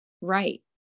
right